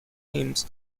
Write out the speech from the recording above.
hymns